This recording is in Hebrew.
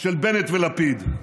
של בנט ולפיד.